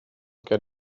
get